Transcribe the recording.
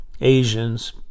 Asians